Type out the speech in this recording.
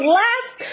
last